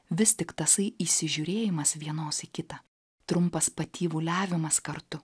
vis tik tasai įsižiūrėjimas vienos į kitą trumpas patyvuliavimas kartu